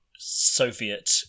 soviet